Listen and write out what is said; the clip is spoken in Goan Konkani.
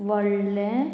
व्हडलें